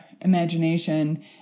imagination